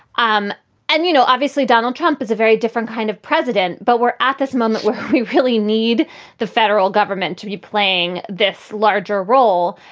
um and, you know, obviously, donald trump is a very different kind of president, but we're at this moment where we really need the federal government to be playing this larger role.